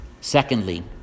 Secondly